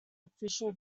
official